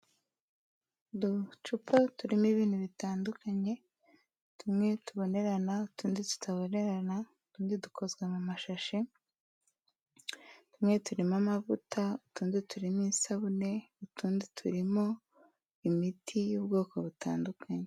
Dore uducupa turimo ibintu bitandukanye tumwe tubonerana utundi tutabarana utundi dukozwe mu mashashi tumwe turimo amavuta utundi turimo isabune utundi turimo imiti y'ubwoko butandukanye.